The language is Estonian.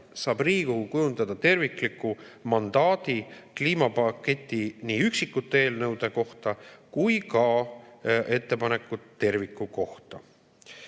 saab Riigikogu kujundada tervikliku mandaadi kliimapaketi nii üksikute eelnõude kohta kui ka ettepanekud terviku kohta.